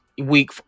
week